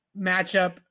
matchup